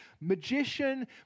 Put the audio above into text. magician